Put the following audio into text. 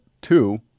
two